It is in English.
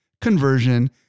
conversion